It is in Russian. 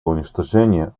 уничтожения